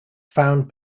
found